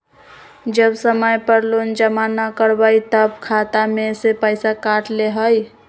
जब समय पर लोन जमा न करवई तब खाता में से पईसा काट लेहई?